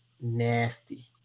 nasty